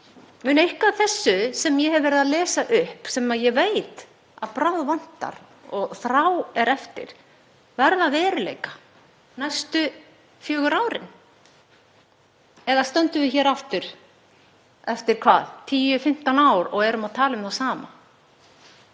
af þessu sem ég hef verið að lesa upp, sem ég veit að bráðvantar og þrá er eftir, verða að veruleika næstu fjögur árin? Eða stöndum við hér aftur eftir 10–15 ár og erum að tala um sama?